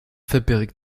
verbirgt